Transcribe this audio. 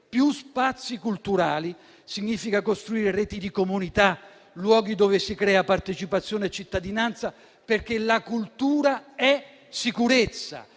più spazi culturali significa costruire reti di comunità, luoghi dove si creano partecipazione e cittadinanza, perché la cultura è sicurezza.